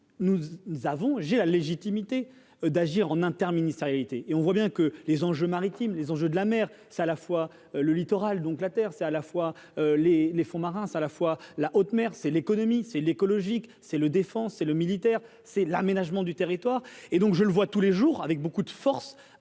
nous avons, j'ai la légitimité d'agir en interministérialité et on voit bien que les enjeux maritimes les enjeux de la mer, c'est à la fois le littoral donc la terre, c'est à la fois les les fonds marins s'à la fois la haute mer, c'est l'économie c'est l'écologique, c'est le défense et le militaire, c'est l'aménagement du territoire et donc je le vois tous les jours avec beaucoup de force,